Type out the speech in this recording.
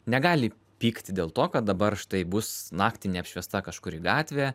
negali pykti dėl to kad dabar štai bus naktį neapšviesta kažkuri gatvė